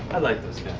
i like those